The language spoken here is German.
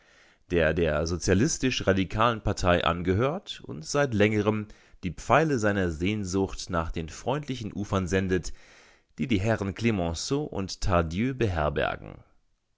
der der sozialistisch-radikalen partei angehört und seit längerem die pfeile seiner sehnsucht nach den freundlichen ufern sendet die die herren clemenceau und tardieu beherbergen